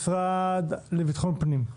למשרד לביטחון פנים,